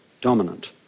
dominant